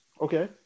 Okay